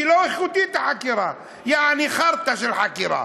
היא לא איכותית, החקירה, יעני חארטה של חקירה.